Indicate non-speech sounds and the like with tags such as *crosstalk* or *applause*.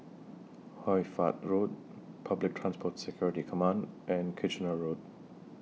*noise* Hoy Fatt Road Public Transport Security Command and Kitchener Road